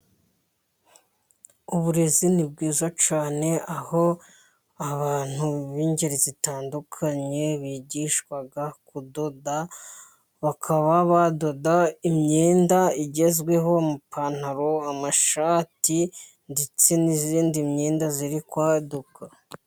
Uburezi ni bwiza cyane aho abantu b'ingeri zitandukanye bigishwa kudoda. Bakaba badoda imyenda igezweho. Amapantaro, amashati ndetse n'iyindi myenda iri kwaduka.